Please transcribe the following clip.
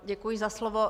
Děkuji za slovo.